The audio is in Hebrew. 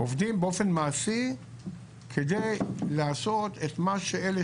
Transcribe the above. עובדים באופן מעשי כדי לעשות את מה שאלה